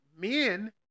men